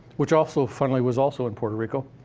which also, funnily, was also in puerto rico.